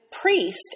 priest